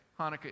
Hanukkah